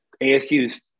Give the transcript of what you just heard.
ASU's